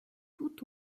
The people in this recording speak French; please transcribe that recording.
tout